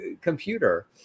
computer